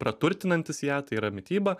praturtinantis ją tai yra mityba